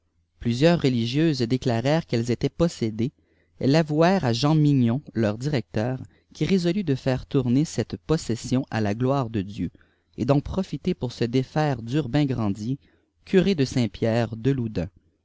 plusieurs rehgieuses déclarèrent qu'elles étaient possédées elles'avouèrent à jean mignon leur directeur qui résolut de faire tourner cette possession à la gloire de î ieu et d'en profiter pour se défaire d'urbain grandier curé de saint-pierre de